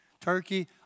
Turkey